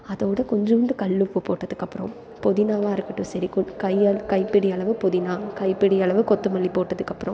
அதோட கொஞ்சண்டு கல்லுப்பு போட்டதுக்கப்புறம் புதினாவா இருக்கட்டும் சரி கையால் கைப்பிடி அளவு புதினா கைப்பிடி அளவு கொத்தமல்லி போட்டதுக்கப்புறம்